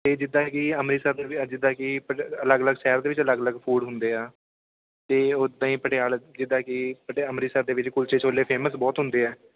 ਵੀ ਜਿੱਦਾਂ ਕਿ ਅੰਮ੍ਰਿਤਸਰ ਦੇ ਜਿੱਦਾਂ ਕਿ ਅਲੱਗ ਅਲੱਗ ਸ਼ਹਿਰ ਦੇ ਵਿੱਚ ਅਲੱਗ ਅਲੱਗ ਫੂਡ ਹੁੰਦੇ ਆ ਅਤੇ ਉੱਦਾਂ ਹੀ ਪਟਿਆਲੇ ਜਿੱਦਾਂ ਕਿ ਪਟਿਆ ਅੰਮ੍ਰਿਤਸਰ ਦੇ ਵਿੱਚ ਕੁਲਚੇ ਛੋਲੇ ਫੇਮਸ ਬਹੁਤ ਹੁੰਦੇ ਆ